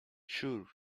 sure